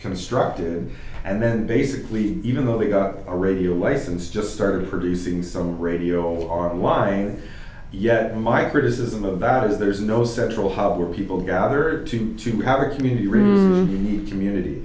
constructed and then basically even though they a radio license just started producing some radio online yet my criticism about it there's no central hub where people gather to to have a community really you need community